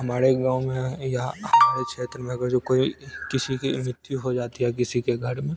हमारे गाँव में या या हमारे क्षेत्र में अगर जो कोई किसी की मृत्यु हो जाती है किसी के घर में